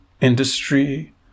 industry